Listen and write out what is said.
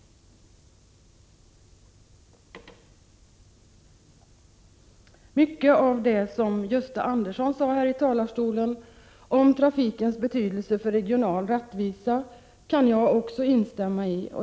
Mycket av det som Gösta Andersson sade här i talarstolen om trafikens betydelse för regional rättvisa kan jag instämma i.